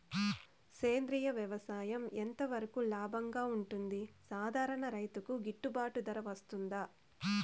సేంద్రియ వ్యవసాయం ఎంత వరకు లాభంగా ఉంటుంది, సాధారణ రైతుకు గిట్టుబాటు ధర వస్తుందా?